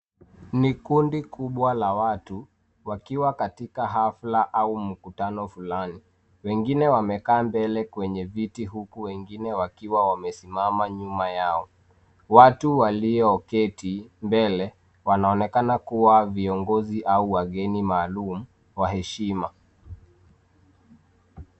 Ni kundi kubwa la watu, wakiwa katika hafla au mkutano fulani, wengine wamekaa mbele kwenye viti, huku wengine wakiwa wamesimama nyuma yao. Watu walioketi mbele, wanaonekana kuwa viongozi, au wageni maalumu, wa heshima.